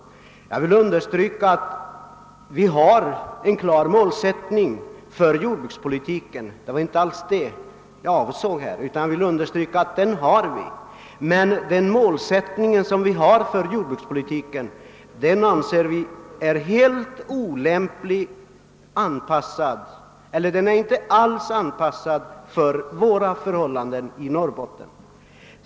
Jag vill understryka att det finns en klar målsättning för jordbrukspolitiken, men denna målsättning är enligt vår mening inte alls anpassad för förhållandena i Norrbotten.